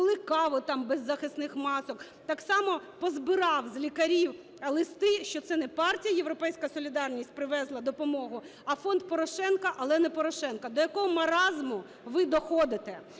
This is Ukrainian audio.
пили каву там без захисних масок, так само позбирав з лікарів листи, що це не партія "Європейська солідарність" привезла допомогу, а Фонд Порошенка, але не Порошенка. До якого маразму ви доходите?